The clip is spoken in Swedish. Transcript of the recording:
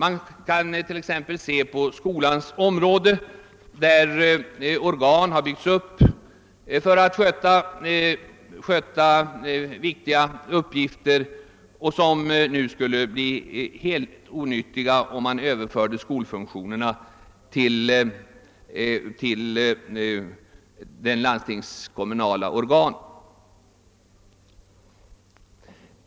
Vi kan exempelvis se på skolans område, där organ har byggts upp för att sköta viktiga uppgifter men nu skulle bli helt onyttiga, om skolfunktionerna överfördes till landstingskommunala organ.